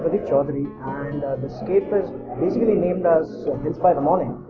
but yeah ah the ah and the scape is basically named as hills by the morning.